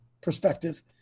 perspective